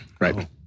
right